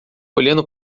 olhando